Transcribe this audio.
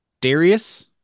Darius